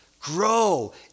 grow